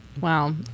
Wow